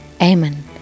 Amen